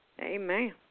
Amen